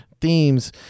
themes